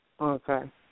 Okay